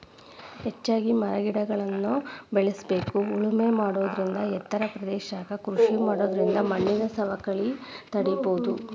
ಹೆಚ್ಚಿಗಿ ಮರಗಿಡಗಳ್ನ ಬೇಳಸ್ಬೇಕು ಉಳಮೆ ಮಾಡೋದರಿಂದ ಎತ್ತರ ಪ್ರದೇಶದಾಗ ಕೃಷಿ ಮಾಡೋದರಿಂದ ಮಣ್ಣಿನ ಸವಕಳಿನ ತಡೇಬೋದು